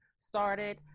started